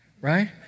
right